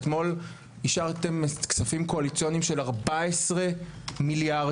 אתמול אישרתם כספים קואליציוניים של 14 מיליארד